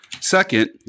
Second